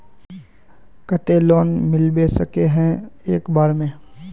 केते लोन मिलबे सके है एक बार में?